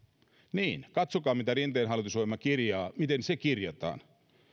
niin katsokaa mitä rinteen hallitusohjelma kirjaa miten se kirjataan